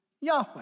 Yahweh